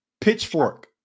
Pitchfork